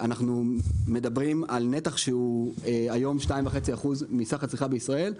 זה נתח שהוא היום 2.5% מסך הצריכה בישראל,